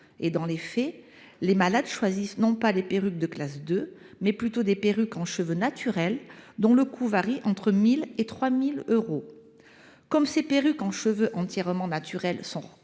de la peau. Les patientes choisissent ainsi non pas les perruques de classe 2, mais plutôt des perruques en cheveux naturels, dont le coût varie entre 1 000 euros et 3 000 euros. Comme ces perruques en cheveux entièrement naturels sont